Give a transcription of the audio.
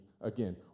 again